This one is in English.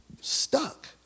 Stuck